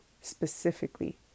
specifically